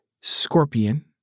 Scorpion